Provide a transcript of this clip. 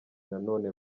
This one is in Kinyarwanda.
nanone